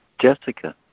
Jessica